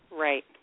Right